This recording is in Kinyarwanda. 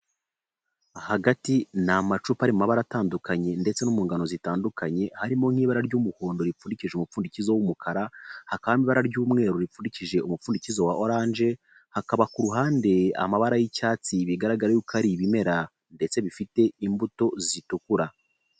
Hagati ni amacupa ari mu mabara atandukanye ndetse no mu ngano zitandukanye harimo n'ibara ry'umuhondo ripfurikije umupfundikizo w'umukara, hakaba ibara ry'umweru ripfukishije umupfundikizo wa orange, hakaba ku ruhande amabara y'icyatsi bigaragara yuko uko ari ibimera ndetse bifite imbuto zitukura.